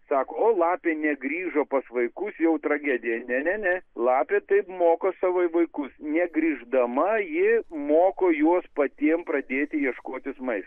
sako o lapė negrįžo pas vaikus jau tragedija ne ne ne lapė taip moko savo vaikus negrįždama ji moko juos patiem pradėti ieškotis maisto